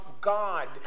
God